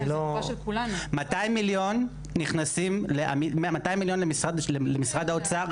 אני לא --- 200 מיליון למשרד האוצר,